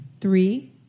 Three